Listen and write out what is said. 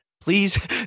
Please